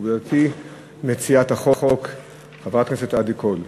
גברתי מציעת החוק חברת הכנסת עדי קול,